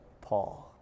Paul